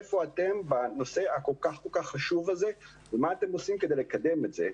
איפה אתם בנושא הכל כך חשוב הזה ומה אתם עושים כדי לקדם את זה?